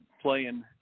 Playing